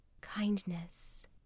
Kindness